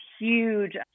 huge